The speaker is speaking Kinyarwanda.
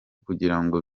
kugirango